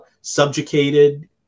subjugated